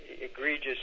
egregious